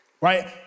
Right